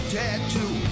tattoo